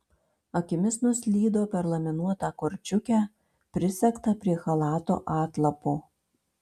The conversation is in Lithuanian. akimis nuslydo per laminuotą korčiukę prisegtą prie chalato atlapo